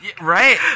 right